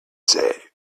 say